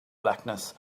blackness